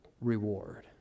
reward